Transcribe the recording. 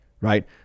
right